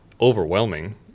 overwhelming